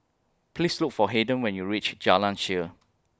Please Look For Haiden when YOU REACH Jalan Shaer